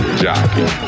jockey